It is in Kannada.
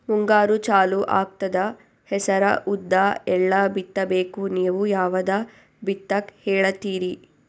ಮುಂಗಾರು ಚಾಲು ಆಗ್ತದ ಹೆಸರ, ಉದ್ದ, ಎಳ್ಳ ಬಿತ್ತ ಬೇಕು ನೀವು ಯಾವದ ಬಿತ್ತಕ್ ಹೇಳತ್ತೀರಿ?